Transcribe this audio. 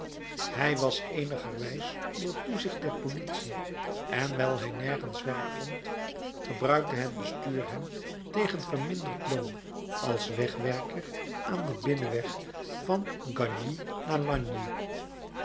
hij was eenigerwijs onder toezicht der politie en wijl hij nergens werk vond gebruikte het bestuur hem tegen verminderd loon als wegwerker aan den binnenweg van gagny naar lagny